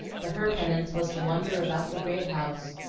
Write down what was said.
but her penance was to wander about the great house,